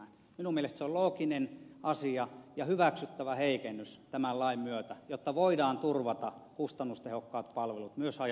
minun mielestäni se on looginen asia ja hyväksyttävä heikennys tämän lain myötä jotta voidaan turvata kustannustehokkaat palvelut myös haja asutusalueilla